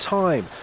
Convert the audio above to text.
time